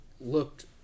looked